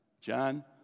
John